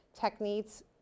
techniques